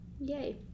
Yay